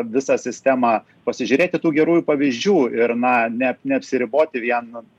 visą sistemą pasižiūrėti tų gerųjų pavyzdžių ir na ne neapsiriboti vien